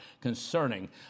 concerning